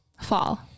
Fall